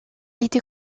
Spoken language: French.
était